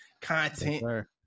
content